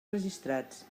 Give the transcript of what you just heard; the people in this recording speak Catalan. registrats